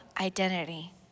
identity